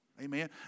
Amen